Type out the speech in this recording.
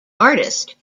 artist